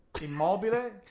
Immobile